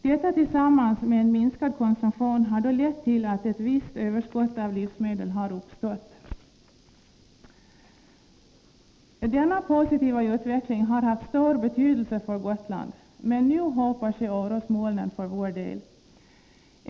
Detta tillsammans med en minskad konsumtion har lett till att ett visst överskott av livsmedel har uppstått. Denna positiva utveckling har haft stor betydelse för Gotland. Men nu hopar sig orosmolnen för vår del.